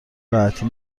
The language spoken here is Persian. راحتی